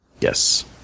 Yes